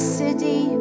city